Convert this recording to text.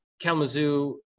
Kalamazoo